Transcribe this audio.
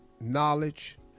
knowledge